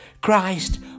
Christ